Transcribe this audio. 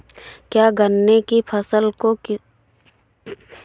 क्या गन्ने की फसल को किसी भी समय बो सकते हैं?